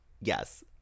Yes